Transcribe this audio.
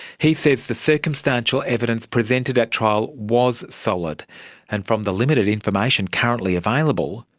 he says the circumstantial evidence presented at trial was solid and from the limited information currently available,